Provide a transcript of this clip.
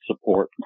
support